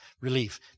relief